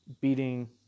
beating